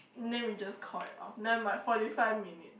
then we just call it off never mind forty five minutes